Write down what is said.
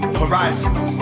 horizons